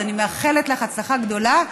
אז אני מאחלת לך הצלחה גדולה,